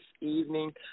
evening